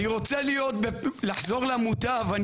אני רוצה לחזור למוטב,